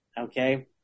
okay